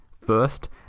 First